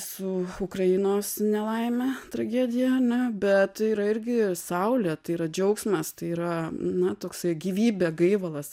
su ukrainos nelaime tragedija ane bet yra irgi saulė tai yra džiaugsmas tai yra na toksai gyvybė gaivalas